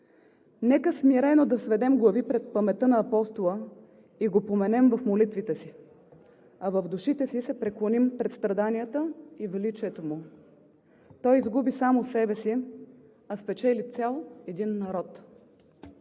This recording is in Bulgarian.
Нека смирено да сведем глави пред паметта на Апостола и го поменем в молитвите си, а в душите си се преклоним пред страданията и величието му! Той изгуби само себе си, а спечели цял един народ.